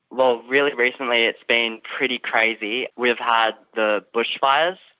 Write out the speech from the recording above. well, really recently it's been pretty crazy. we've had the bushfires,